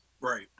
Right